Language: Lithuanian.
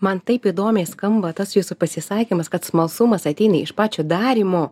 man taip įdomiai skamba tas jūsų pasisakymas kad smalsumas ateina iš pačio darymo